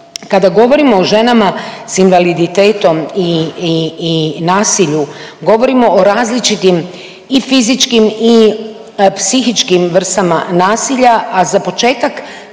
Kada govorimo o ženama s invaliditetom i nasilju, govorimo o različitim i fizičkim i psihičkim vrstama nasilja, a za početak